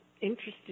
interested